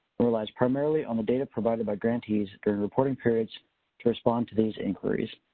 relies primarily on the data provided by grantees, the reporting periods to respond to these inquiries.